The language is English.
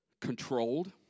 controlled